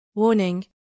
Warning